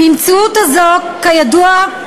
במציאות הזאת, כידוע,